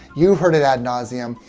you've heard it ad nauseam,